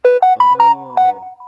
oh